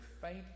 faint